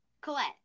Colette